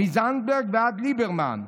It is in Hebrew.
מזנדברג ועד ליברמן,